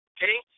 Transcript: Okay